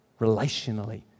relationally